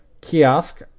kiosk